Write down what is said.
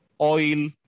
oil